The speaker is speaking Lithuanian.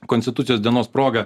konstitucijos dienos proga